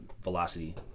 velocity